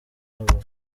abavuga